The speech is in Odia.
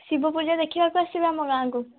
ଶିବ ପୂଜା ଦେଖିବାକୁ ଆସିବେ ଆମ ଗାଁ'କୁ